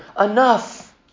enough